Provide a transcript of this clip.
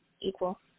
equal